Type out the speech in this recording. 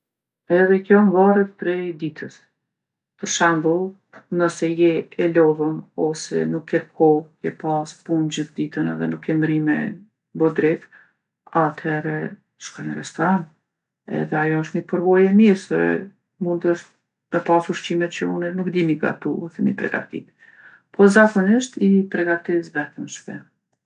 Edhe kjo mvaret prej ditës. Për shembull, nëse je e lodhun ose nuk ke kohë, ke pasë punë gjithë ditën edhe nuk ke mri me bo drekë, athere shkoj n'restoran. Edhe ajo osht ni përvojë e mire se mundesh me pasë ushqime që une nuk di mi gatu ose mi pregatitë. Po zakonisht i pregatisë vet n'shpi.